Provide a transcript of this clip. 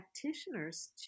practitioners